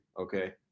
Okay